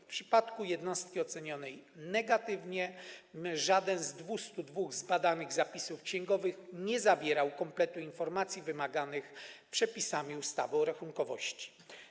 W przypadku jednostki ocenionej negatywnie żaden z 202 zbadanych zapisów księgowych nie zawierał kompletu informacji wymaganych przepisami ustawy o rachunkowości.